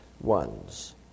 ones